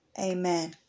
Amen